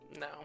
No